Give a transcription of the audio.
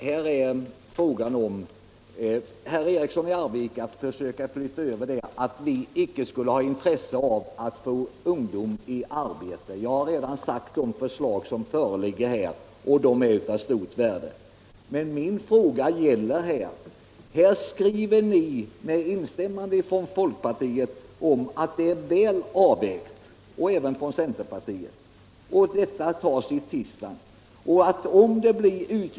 Herr talman! Herr Eriksson i Arvika gjorde gällande att vi inte hade intresse av att få in ungdomen i arbetslivet, men jag har ju redan förklarat att de framförda förslagen är av stort värde. Här skriver ni emellertid, med instämmande från centern, att bidraget är väl avvägt, och om utgifterna ökar ytterligare skall det skaffas fram mera pengar.